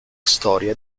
storia